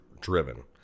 driven